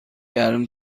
گرم